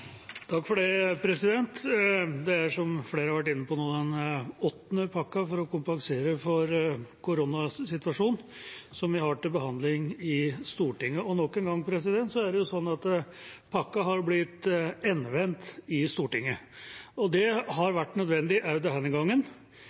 som flere har vært inne på, den åttende pakken vi har til behandling i Stortinget for å kompensere for koronasituasjonen. Og nok en gang er pakken er blitt endevendt i Stortinget. Det har vært nødvendig også denne gangen, for de forståelige koronatiltakene av helseårsaker har fått for dårlig kompensasjon etter forslagene fra regjeringa. Det har vært